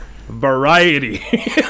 variety